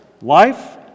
Life